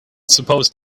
supposed